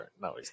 no